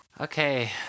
Okay